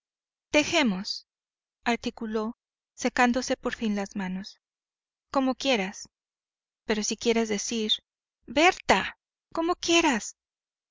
dejemos articuló secándose por fin las manos como quieras pero si quieres decir berta como quieras